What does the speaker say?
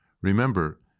Remember